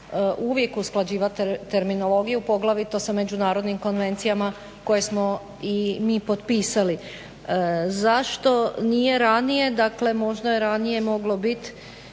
uvijek usklađivati terminologiju poglavito sa međunarodnim konvencijama koje smo i mi potpisali. Zašto nije ranije, dakle možda je ranije moglo bit